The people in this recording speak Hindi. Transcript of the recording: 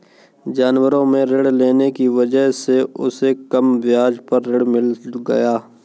जनवरी में ऋण लेने की वजह से उसे कम ब्याज पर ऋण मिल गया